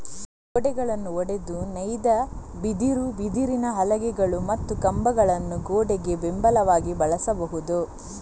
ಗೋಡೆಗಳನ್ನು ಒಡೆದು ನೇಯ್ದ ಬಿದಿರು, ಬಿದಿರಿನ ಹಲಗೆಗಳು ಮತ್ತು ಕಂಬಗಳನ್ನು ಗೋಡೆಗೆ ಬೆಂಬಲವಾಗಿ ಬಳಸಬಹುದು